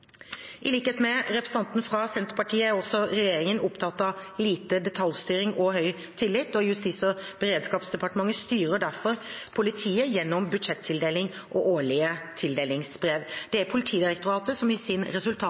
I likhet med representanten fra Senterpartiet er også regjeringen opptatt av lite detaljstyring og høy tillit. Justis- og beredskapsdepartementet styrer derfor politiet gjennom budsjettildeling og årlige tildelingsbrev. Det er Politidirektoratet som i sin